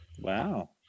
wow